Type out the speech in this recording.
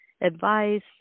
advice